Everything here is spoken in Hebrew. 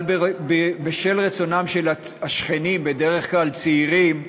אבל בשל רצונם של השכנים, בדרך כלל צעירים,